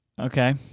Okay